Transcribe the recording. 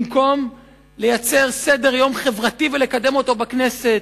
במקום לייצר סדר-יום חברתי ולקדם אותו בכנסת.